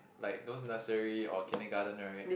like those nursery or kindergarten right